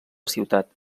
ciutat